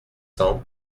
cent